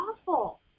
awful